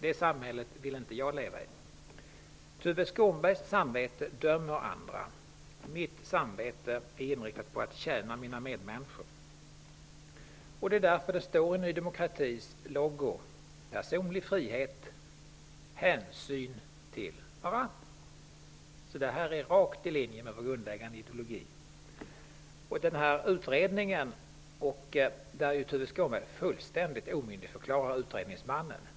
Det samhället vill jag inte leva i. Tuve Skånbergs samvete dömer andra. Mitt samvete är inriktat på att tjäna mina medmänniskor. Det är därför det står i Ny demokratis logo: Personlig frihet, hänsyn till varandra. Detta är rakt i linje med vår grundläggande ideologi. Tuve Skånberg vill fullständigt omyndigförklara utredningsmannen.